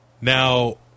Now